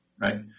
right